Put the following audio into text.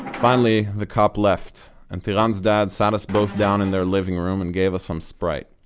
finally the cop left, and tiran's dad sat us both down in their living room and gave us some sprite.